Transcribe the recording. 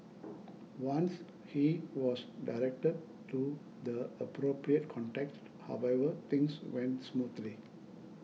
once he was directed to the appropriate contacts however things went smoothly